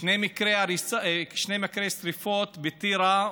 שני מקרי שרפות בטירה,